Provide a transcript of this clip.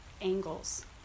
angles